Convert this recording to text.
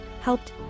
helped